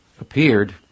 appeared